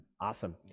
Awesome